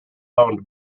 owned